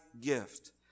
gift